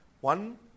One